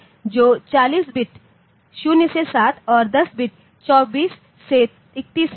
तो 40 बिट्स 0 से 7में और 10 बिट्स24 से 31 में है